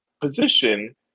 position